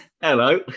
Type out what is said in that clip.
hello